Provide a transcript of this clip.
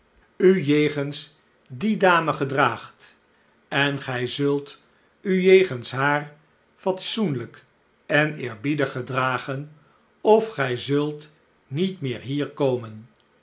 u jegens die dame gedraagt en gij zult u jegens haar fatsoenlijk en eerbiedig gedragen of gij zult niet meer hier komen